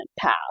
path